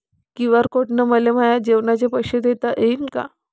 QR code न मले माये जेवाचे पैसे देता येईन का?